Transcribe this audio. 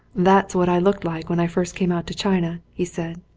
that's what i looked like when i first came out to china, he said.